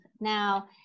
Now